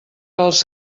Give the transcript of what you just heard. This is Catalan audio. als